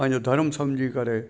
पंहिंजो धर्मु सम्झी करे